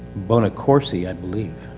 bonacoursie, i believe.